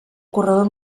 corredor